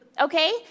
Okay